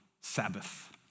Sabbath